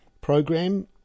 program